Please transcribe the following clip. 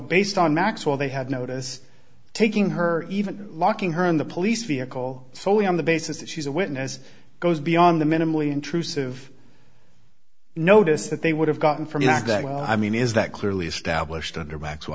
based on maxwell they had notice taking her even locking her in the police vehicle solely on the basis that she's a witness goes beyond the minimally intrusive notice that they would have gotten from you not that i mean is that clearly established on her back so